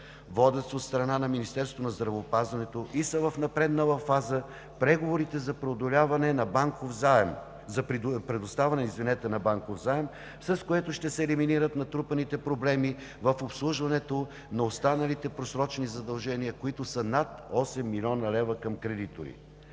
водят се от страна на Министерството на здравеопазването и са в напреднала фаза преговорите за предоставяне на банков заем, с което ще се елиминират натрупаните проблеми в обслужването на останалите просрочени задължения към кредитори,